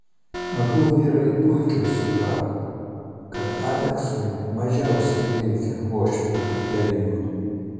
abu vyrai puikiai suprato kad aleksui mažiausiai reikia uošvio pritarimo